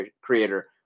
creator